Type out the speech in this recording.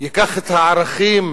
ייקח את הערכים